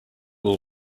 will